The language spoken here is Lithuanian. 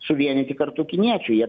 suvienyti kartu kiniečių jie